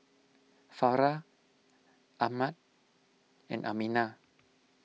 Farah Ahmad and Aminah